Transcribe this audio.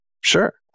Sure